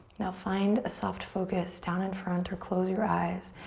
now, find a soft focus down in front, or close your eyes,